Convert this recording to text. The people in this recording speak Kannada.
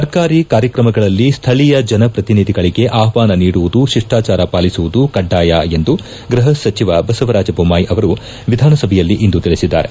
ಸರ್ಕಾರಿ ಕಾರ್ಯಕ್ರಮಗಳಲ್ಲಿ ಸ್ಥಳೀಯ ಜನಪ್ರತಿನಿಧಿಗಳಿಗೆ ಆಷ್ಟಾನ ನೀಡುವುದು ಶಿಷ್ಠಾಚಾರ ಪಾಲಿಸುವುದು ಕಡ್ಡಾಯ ಎಂದು ಗೃಪ ಸಚಿವ ಬಸವರಾಜ ಬೊಮ್ಮಾಯಿ ಅವರು ವಿಧಾನಸಭೆಯಲ್ಲಿಂದು ತಿಳಿಸಿದ್ದಾರೆ